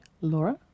Laura